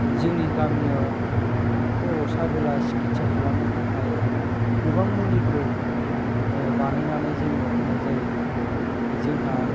जोंनि गामियाव खर' साबोला सिखिटसा खालामनो थाखाय गोबां मुलिफोर बानायनानै जोङो होनाय जायो जोंहा